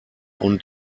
und